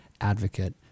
advocate